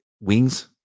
wings